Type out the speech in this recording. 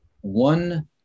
one